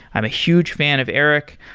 i'm a huge fan of eric.